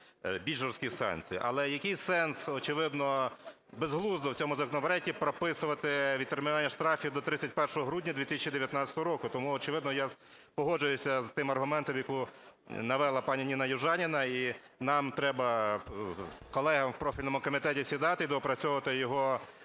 жорсткі санкції. Але який сенс? Очевидно, безглуздо в цьому законопроекті прописувати відтермінування штрафів до 31 грудня 2019 року. Тому, очевидно, я погоджуюсь з тим аргументом, який навела пані Ніна Южаніна, і нам треба колегам в профільному комітеті сідати і допрацьовувати його